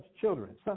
children